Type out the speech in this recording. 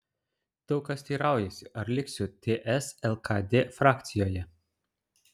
daug kas teiraujasi ar liksiu ts lkd frakcijoje